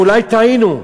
ואומרים: אולי טעינו.